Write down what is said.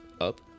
up